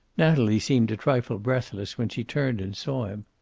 natalie seemed a trifle breathless when she turned and saw him.